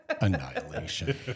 annihilation